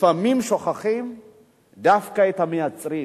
לפעמים שוכחים דווקא את המייצרים,